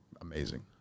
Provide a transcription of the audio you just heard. amazing